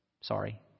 sorry